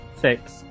Six